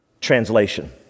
translation